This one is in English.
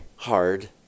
Hard